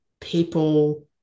people